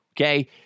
Okay